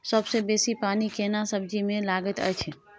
सबसे बेसी पानी केना सब्जी मे लागैत अछि?